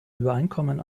übereinkommen